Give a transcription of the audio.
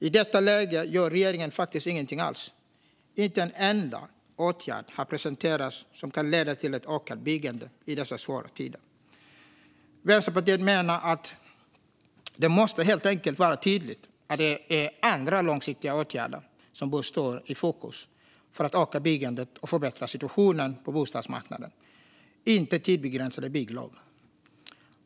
I detta läge gör regeringen faktiskt ingenting alls. Inte en enda åtgärd har presenterats som kan leda till ett ökat byggande i dessa svåra tider. Vänsterpartiet menar att det helt enkelt måste vara tydligt att andra långsiktiga åtgärder bör stå i fokus för att öka byggandet och förbättra situationen på bostadsmarknaden, inte tidsbegränsade bygglov.